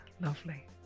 Lovely